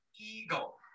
Eagle